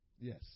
Yes